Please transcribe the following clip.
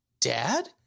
dad